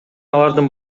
алардын